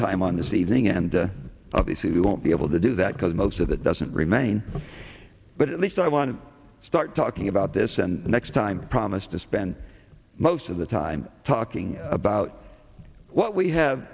time on this evening and obviously we won't be able to do that because most of it doesn't remain but at least i want to start talking about this and next time i promise to spend most of the time talking about what we have